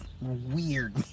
weird